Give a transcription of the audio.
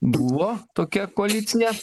buvo tokia koalicija